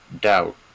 doubt